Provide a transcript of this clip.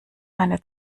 eine